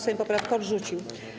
Sejm poprawkę odrzucił.